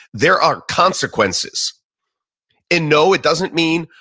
there are consequences and no, it doesn't mean,